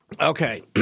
Okay